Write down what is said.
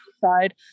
side